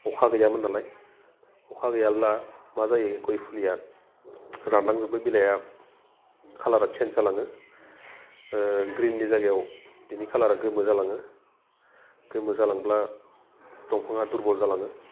अखा गैयामोन नालाय अखा गैयाब्ला मा जायो गय फुलिया रानलांजोबो बिलाइया खालारा चेन्स जालाङो ग्रिननि जायगायाव बेनि कालारा गोमो जालाङो गोमो जालांब्ला दंफाङा दुरबल जालाङो